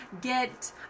get